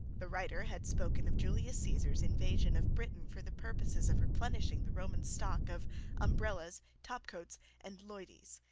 the writer had spoken of julius caesar's invasion of britain for the purpose of replenishing the roman stock of umbrellas, top-coats, and loydies,